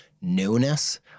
newness